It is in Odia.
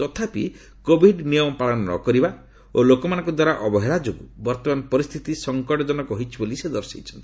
ତଥାପି କୋଭିଡ ନିୟମ ପାଳନ ନ କରିବା ଓ ଲୋକମାନଙ୍କ ଦ୍ୱାରା ଅବହେଳା ଯୋଗୁଁ ବର୍ତ୍ତମାନ ପରିସ୍ଥିତି ସଙ୍କଟ ଜନକ ହୋଇଛି ବୋଲି ସେ ଦର୍ଶାଇଛନ୍ତି